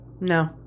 No